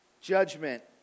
Judgment